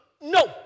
No